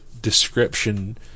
description